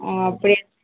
ஆ அப்படியா